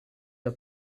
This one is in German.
der